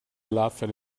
laughed